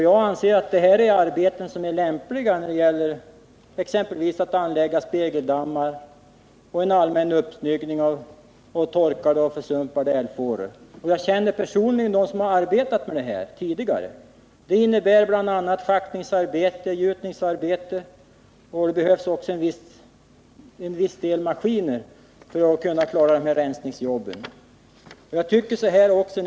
Jag anser att det här rör sig om lämpliga AMS-arbeten, exempelvis att anlägga spegeldammar och åstadkomma en allmän uppsnyggning av torrlagda och försumpade älvfåror. Jag känner personer som tidigare har arbetat med sådant. Det innebär bl.a. schaktningsoch gjutningsarbeten. För att klara dessa rensningsjobb behövs också en del maskiner.